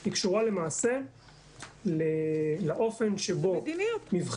היא קשורה למעשה לאופן שבו --- מדיניות.